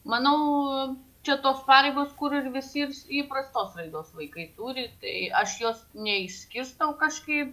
manau čia tos pareigos kur ir visi įprastos raidos vaikai turi tai aš jos neišskirstau kažkaip